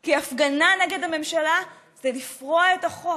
כי הפגנה נגד הממשלה זה לפרוע את החוק,